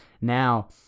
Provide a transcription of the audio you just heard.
now